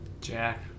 Jack